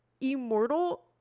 immortal